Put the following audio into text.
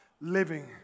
living